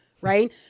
Right